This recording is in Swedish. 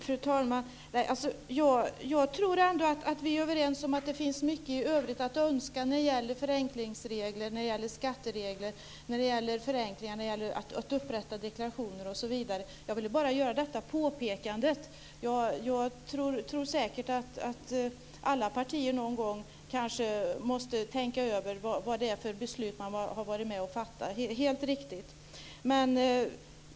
Fru talman! Jag tror ändå att vi är överens om att det finns mycket övrigt att önska när det gäller förenklingsregler, när det gäller skatteregler, förenklingar av att upprätta deklarationer osv. Jag ville bara göra detta påpekande. Jag tror säkert att alla partier någon gång kanske måste tänka över vad det är för beslut man har varit med och fattat. Helt riktigt.